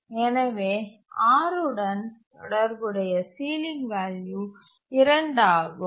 எனவே R உடன் தொடர்புடைய சீலிங் வேல்யூ 2 ஆகும்